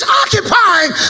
occupying